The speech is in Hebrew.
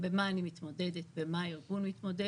מה אני מתמודדת, עם מה הארגון מתמודד.